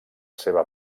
seva